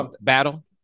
battle